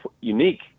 unique